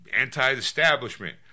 anti-establishment